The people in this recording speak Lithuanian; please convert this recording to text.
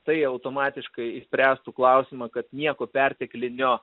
tai automatiškai išspręstų klausimą kad nieko perteklinio